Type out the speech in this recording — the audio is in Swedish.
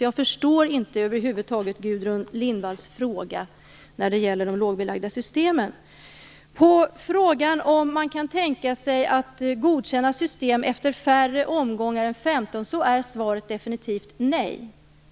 Jag förstår alltså inte över huvud taget Gudrun Lindvalls fråga om lågbelagda system. På frågan om man kan tänka sig att godkänna system efter färre omgångar än 15 är svaret definitivt nej.